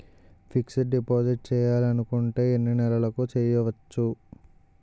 Fixed deposit చేయాలి అనుకుంటే ఎన్నే నెలలకు చేయొచ్చు?